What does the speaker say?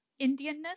Indianness